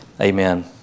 Amen